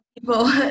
People